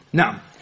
now